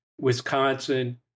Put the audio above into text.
Wisconsin